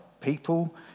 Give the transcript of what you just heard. people